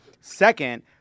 Second